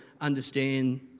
understand